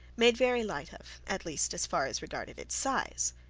made very light of, at least as far as regarded its size.